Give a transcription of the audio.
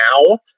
now